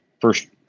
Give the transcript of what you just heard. first